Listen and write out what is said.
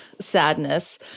sadness